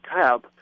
cab